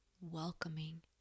welcoming